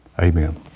Amen